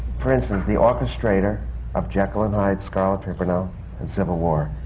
for instance, the orchestrator of jekyll and hyde, scarlet pimpernel and civil war,